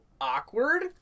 awkward